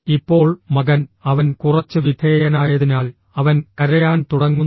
ഇപ്പോൾ മകൻ അവൻ കുറച്ച് വിധേയനായതിനാൽ അവൻ കരയാൻ തുടങ്ങുന്നു